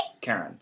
Karen